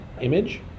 image